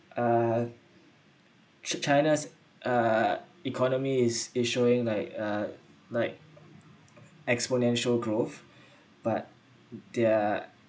uh should china's uh economy is is showing like uh like exponential growth but their